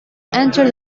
enter